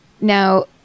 Now